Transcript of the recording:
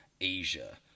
Asia